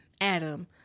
Adam